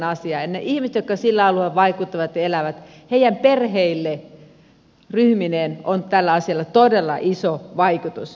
näiden ihmisten jotka sillä alueella vaikuttavat ja elävät perheille ryhmineen on tällä asialla todella iso vaikutus